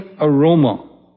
aroma